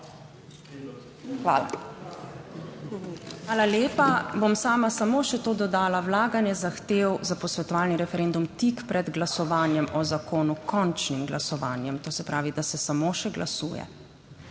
Hvala lepa. Bom sama samo še to dodala; vlaganje zahtev za posvetovalni referendum tik pred glasovanjem o zakonu, končnim glasovanjem, to se pravi, da se samo še glasuje,